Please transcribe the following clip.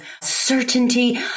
certainty